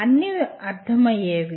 అవి అర్థమయ్యేవి